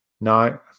no